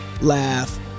laugh